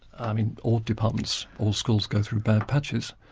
i mean all departments, all schools go through bad patches,